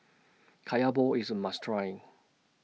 Kaya Balls IS A must Try